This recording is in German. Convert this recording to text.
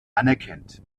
anerkennt